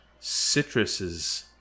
citruses